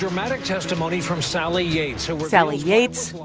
dramatic testimony from sally yates. so sally yates,